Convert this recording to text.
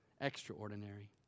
extraordinary